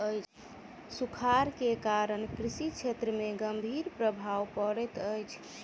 सूखाड़ के कारण कृषि क्षेत्र में गंभीर प्रभाव पड़ैत अछि